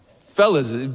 Fellas